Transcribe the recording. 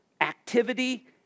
Activity